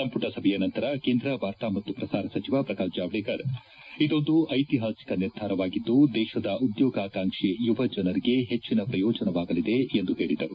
ಸಂಪುಟ ಸಭೆಯ ನಂತರ ಕೇಂದ್ರ ವಾರ್ತಾ ಮತ್ತು ಪ್ರಸಾರ ಸಚಿವ ಪ್ರಕಾಶ್ ಜಾವಡೇಕರ್ ಇದೊಂದು ಐತಿಹಾಸಿಕ ನಿರ್ಧಾರವಾಗಿದ್ದು ದೇಶದ ಉದ್ದೋಗಾಕಾಂಕ್ಷಿ ಯುವಜನರಿಗೆ ಹೆಚ್ಚಿನ ಪ್ರಯೋಜನವಾಗಲಿದೆ ಎಂದು ಹೇಳಿದರು